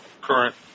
current